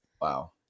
Wow